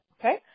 okay